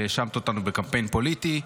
שהאשמת אותנו בקמפיין פוליטי: